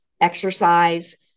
exercise